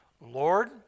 Lord